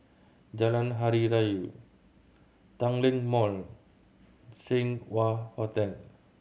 Jalan Hari Raya Tanglin Mall Seng Wah Hotel